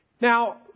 Now